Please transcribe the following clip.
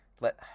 let